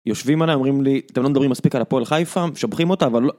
יושבים עלי, אומרים לי אתם לא מדברים מספיק על הפועל חיפה, משבחים אותה אבל לא...